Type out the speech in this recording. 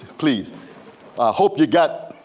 please. i hope you got